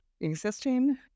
existing